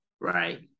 Right